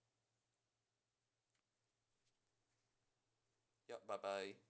ya bye bye